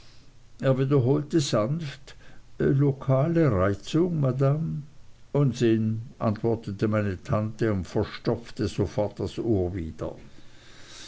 er wiederholte sanft lokale reizung madame unsinn antwortete meine tante und verstopfte sofort das ohr wieder